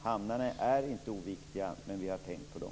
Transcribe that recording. Hamnarna är inte oviktiga - vi har tänkt på dem.